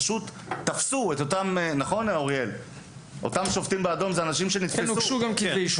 אותם "שופטים באדום" נתפסו.